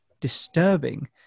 disturbing